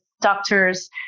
doctors